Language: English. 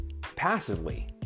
passively